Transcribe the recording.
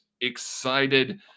excited